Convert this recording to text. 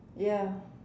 ya